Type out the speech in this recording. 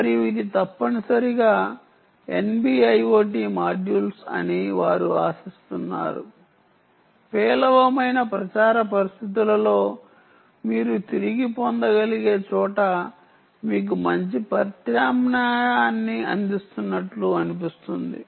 మరియు ఇవి తప్పనిసరిగా NB IoT మాడ్యూల్స్ అని వారు ఆశిస్తున్నారు పేలవమైన ప్రచార పరిస్థితులలో మీరు తిరిగి పొందగలిగే చోట మీకు మంచి ప్రత్యామ్నాయాన్ని అందిస్తున్నట్లు అనిపిస్తుంది